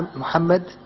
mohammad,